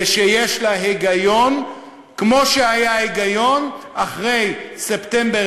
ושיש לה היגיון כמו שהיה היגיון אחרי 11 בספטמבר,